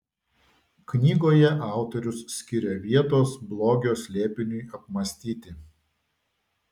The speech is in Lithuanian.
knygoje autorius skiria vietos blogio slėpiniui apmąstyti